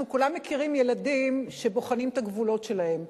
כולנו מכירים ילדים שבוחנים את הגבולות שלהם.